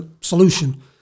solution